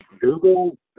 Google